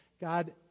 god